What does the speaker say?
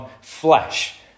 flesh